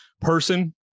person